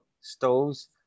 stoves